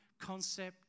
concept